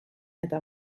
eta